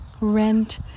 rent